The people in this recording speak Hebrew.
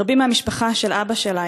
רבים מהמשפחה של אבא שלה,